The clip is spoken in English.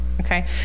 Okay